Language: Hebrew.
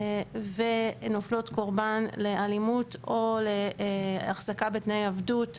ונופלות קורבן לאלימות או להחזקה בתנאי עבדות,